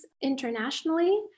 internationally